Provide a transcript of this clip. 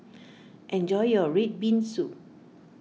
enjoy your Red Bean Soup